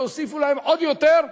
תוסיפו להם עוד יותר,